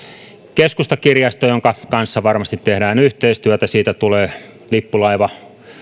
keskustakirjasto jonka kanssa varmasti tehdään yhteistyötä siitä tulee